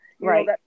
Right